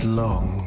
long